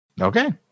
Okay